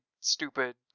stupid